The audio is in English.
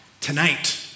tonight